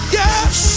yes